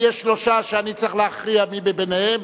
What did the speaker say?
יש שלושה שאני צריך להכריע מי מביניהם.